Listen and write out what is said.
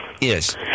Yes